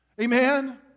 Amen